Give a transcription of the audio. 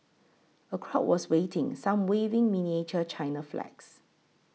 a crowd was waiting some waving miniature China flags